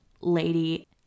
lady